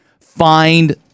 Find